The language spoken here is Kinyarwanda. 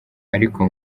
ariko